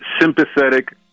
sympathetic